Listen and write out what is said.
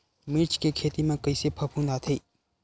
मिर्च के खेती म कइसे फफूंद आथे?